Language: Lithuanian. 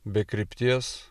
be krypties